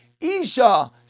isha